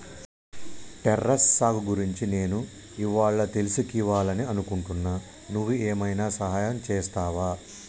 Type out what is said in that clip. terrace సాగు గురించి నేను ఇవ్వాళా తెలుసుకివాలని అనుకుంటున్నా నువ్వు ఏమైనా సహాయం చేస్తావా